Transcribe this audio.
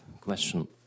question